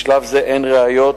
בשלב זה אין ראיות